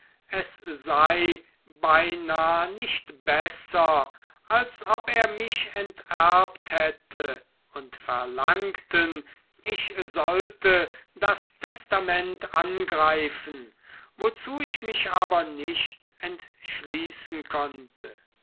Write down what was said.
es sei beinah nicht besser als ob er mich enterbt hätte und verlangten ich sollte das testament angreifen wozu ich mich aber nicht entschließen konnte